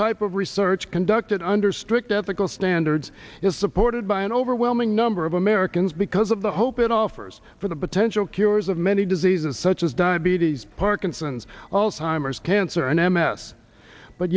of research conducted under strict ethical standards is supported by an overwhelming number of americans because of the hope it offers for the potential cures of many diseases such as diabetes parkinson's alzheimer's cancer and m s but